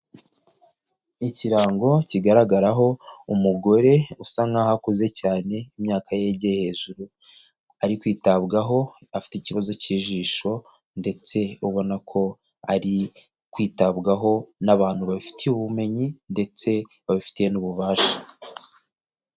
Ikirango kigaragaraho umugore usa nkaho akuze cyane imyaka ye yegeye hejuru ari kwitabwaho, afite ikibazo cy'ijisho ndetse ubona ko ari kwitabwaho n'abantu babifitiye ubumenyi ndetse babifitiye n'ububasha.